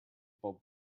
bulb